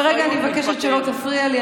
כרגע אני מבקשת שלא תפריע לי.